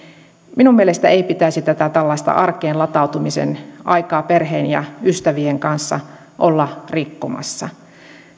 minun mielestäni ei pitäisi tätä tällaista arkeen latautumisen aikaa perheen ja ystävien kanssa olla rikkomassa